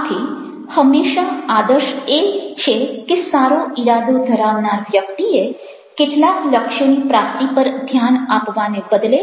આથી હંમેશા આદર્શ એ છે કે સારો ઈરાદો ધરાવનાર વ્યક્તિએ કેટલાક લક્ષ્યોની પ્રાપ્તિ પર ધ્યાન આપવાને બદલે